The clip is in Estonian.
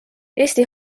eesti